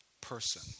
person